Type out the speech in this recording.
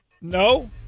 No